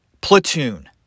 Platoon